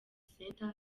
center